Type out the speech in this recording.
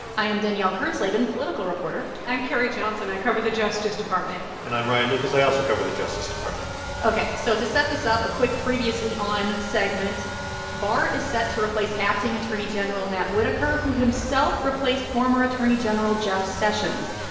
i am danielle kurtzleben, political reporter i'm carrie johnson. i cover the justice department and i'm and lucas. i also cover the justice department ok. so to set this up, a quick previously on segment barr is set to replace acting attorney general matt whitaker, who himself replaced former attorney general jeff sessions.